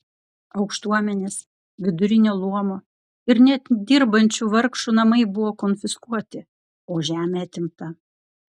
aukštuomenės vidurinio luomo ir net dirbančių vargšų namai buvo konfiskuoti o žemė atimta